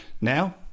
Now